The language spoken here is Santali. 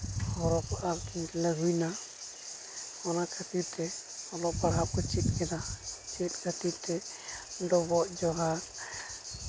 ᱦᱚᱨᱚᱯᱷ ᱟᱨᱠᱤ ᱦᱩᱭᱱᱟ ᱚᱱᱟ ᱠᱷᱟᱹᱛᱤᱨ ᱛᱮ ᱚᱞᱚᱜ ᱯᱟᱲᱦᱟᱜ ᱠᱚ ᱪᱮᱫ ᱠᱮᱫᱟ ᱪᱮᱫ ᱠᱷᱟᱹᱛᱤᱨ ᱛᱮ ᱰᱚᱵᱚᱜ ᱡᱚᱦᱟᱨ